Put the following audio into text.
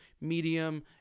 medium